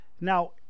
Now